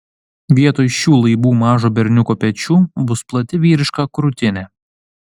vietoj šių laibų mažo berniuko pečių bus plati vyriška krūtinė